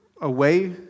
away